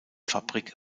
fabrik